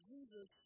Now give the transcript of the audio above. Jesus